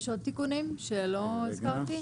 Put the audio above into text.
יש עוד תיקונים שלא הזכרתי?